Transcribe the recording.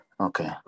Okay